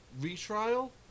retrial